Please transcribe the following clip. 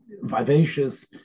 vivacious